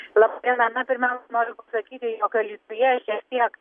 laba diena na pirmiausia noriu pasakyti jog alytuje šiek tiek